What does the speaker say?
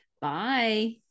Bye